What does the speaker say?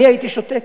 אני הייתי שותק?